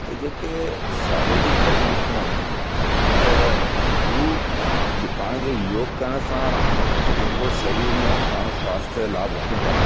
त जेके शारिरीक तकलीफ़ूं आहिनि त हू पाण जे योग करण सां जेको शरीर में पाण स्वास्थ जो लाभ वठूं था